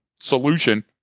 solution